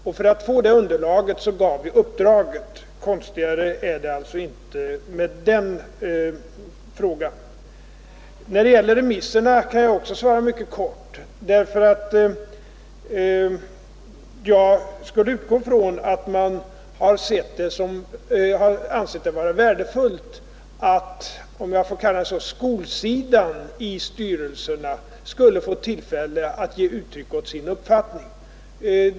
Och för att få det underlaget gav vi det uppdrag som det här är fråga om. Konstigare är det inte. När det sedan gäller remisserna kan jag också svara mycket kort. Jag utgår nämligen från att man ansett det vara värdefullt att skolsidan i styrelserna — om jag får kalla det så — skulle ha tillfälle att ge uttryck för sin uppfattning.